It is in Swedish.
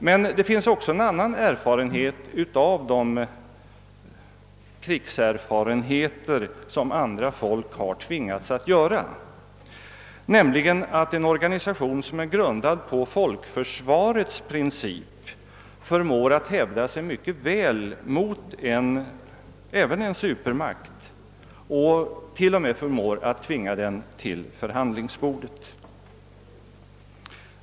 För det andra kan den slutsatsen dras av de krigserfarenheter som andra folk har tvingats göra, att en organisation som är grundad på folkförsvarets princip förmår hävda sig mycket väl även mot en supermakt och t.o.m. förmår tvinga den till förhandlingsbordet.